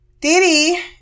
diddy